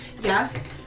Yes